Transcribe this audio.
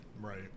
Right